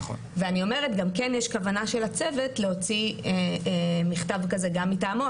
אני אומרת: גם כן יש כוונה של הצוות להוציא מכתב כזה גם מטעמו,